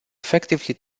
effectively